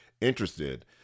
interested